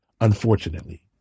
unfortunately